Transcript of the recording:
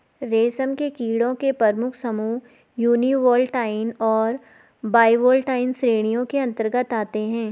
रेशम के कीड़ों के प्रमुख समूह यूनिवोल्टाइन और बाइवोल्टाइन श्रेणियों के अंतर्गत आते हैं